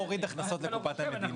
-- הוריד הכנסת לקופת המדינה.